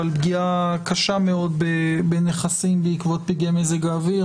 אבל פגיעה קשה מאוד בנכסים בעקבות פגעי מזג האוויר.